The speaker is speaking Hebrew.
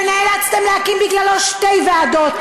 שנאלצתם להקים בגללו שתי ועדות,